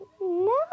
No